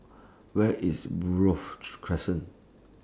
Where IS Buroh Crescent